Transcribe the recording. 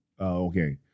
okay